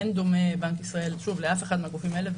אין דומה בנק ישראל לאף אחד מהגופים האלה.